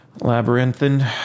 labyrinthine